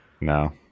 No